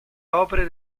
opere